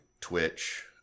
Twitch